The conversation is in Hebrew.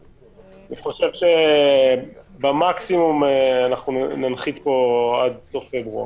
אני חושב שבמקסימום עד סוף פברואר ננחית פה עד סוף פברואר.